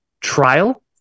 trial